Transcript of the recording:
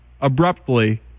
abruptly